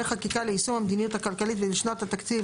חקיקה ליישום המדיניות הכלכלית לשנות התקציב